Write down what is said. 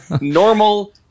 normal